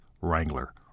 Wrangler